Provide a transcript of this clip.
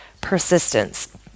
persistence